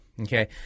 okay